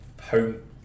home